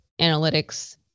analytics